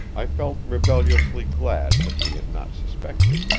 i felt rebelliously glad that she had not suspected.